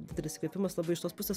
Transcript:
didelis įkvėpimas iš tos pusės